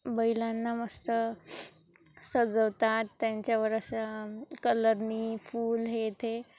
बैलांना मस्त सजवतात त्यांच्यावर असं कलरनी फूल हे ते